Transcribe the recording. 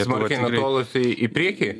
smarkiai nutolusi į priekį